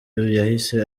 yahise